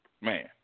man